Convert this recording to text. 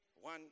one